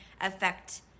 affect